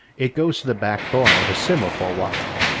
it goes to the back burner to simmer for a while.